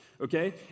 okay